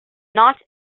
not